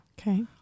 Okay